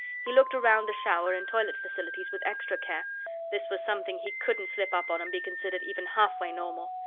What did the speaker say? he looked around the shower and toilet facilities with extra care this was something he couldn't slip up on and be considered even halfway normal.